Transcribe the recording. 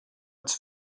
its